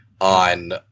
on